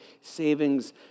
savings